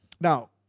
Now